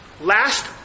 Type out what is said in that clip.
last